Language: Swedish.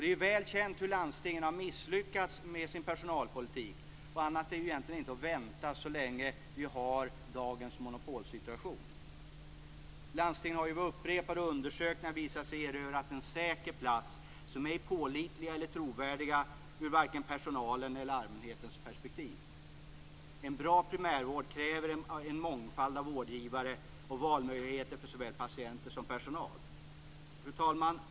Det är väl känt hur landstingen har misslyckats med sin personalpolitik, och annat är egentligen inte att vänta så länge vi har dagens monopolsituation. Landstingen har vid upprepade undersökningar visat sig ha erövrat en säker plats som ej pålitliga eller trovärdiga ur vare sig personalens eller allmänhetens perspektiv. En bra primärvård kräver en mångfald av vårdgivare och valmöjligheter för såväl patienter som personal. Fru talman!